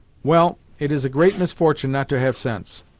well it is a great misfortune not to have sense!